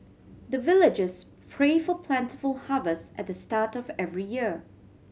the villagers pray for plentiful harvest at the start of every year